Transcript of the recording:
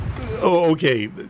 okay